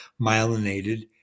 myelinated